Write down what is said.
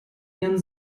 ihren